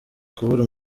kubura